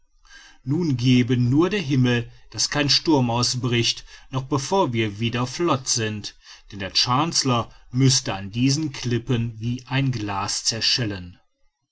nun gebe nur der himmel daß kein sturm ausbricht noch bevor wir wieder flott sind denn der chancellor müßte an diesen klippen wie ein glas zerschellen